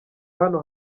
hano